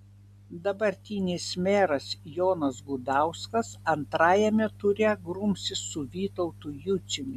dabartinis meras jonas gudauskas antrajame ture grumsis su vytautu juciumi